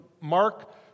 Mark